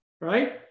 right